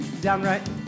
downright